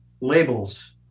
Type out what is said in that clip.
labels